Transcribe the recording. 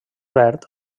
verd